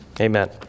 Amen